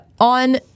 on